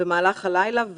במהלך הלילה.